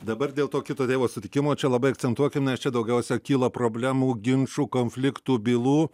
dabar dėl to kito tėvo sutikimo čia labai akcentuokim nes čia daugiausiai kyla problemų ginčų konfliktų bylų